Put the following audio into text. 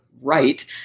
right